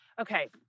Okay